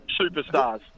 superstars